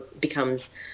becomes